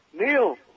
Neil